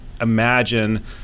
imagine